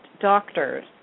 doctors